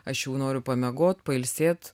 aš jau noriu pamiegot pailsėt